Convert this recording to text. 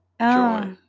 joy